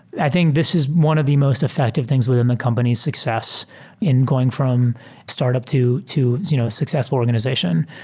i think this is one of the most effective things within the company's success in going from startup to to you know successful organization.